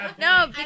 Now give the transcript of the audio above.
No